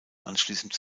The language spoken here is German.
anschließend